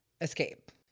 escape